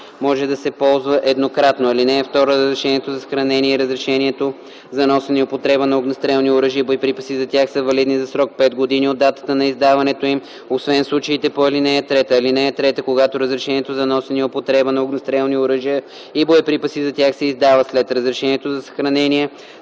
може да се ползва еднократно. (2) Разрешението за съхранение и разрешението за носене и употреба на огнестрелни оръжия и боеприпаси за тях за валидни за срок пет години от датата на издаването им, освен в случаите по ал.3. (3) Когато разрешението за носене и употреба на огнестрелни оръжия и боеприпаси за тях се издава след разрешението за съхранение,